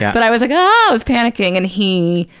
but i was like, oh, i was panicking, and he